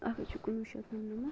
اَکھ حظ چھُ کُنوہ شیٚتھ نَمنَمَتھ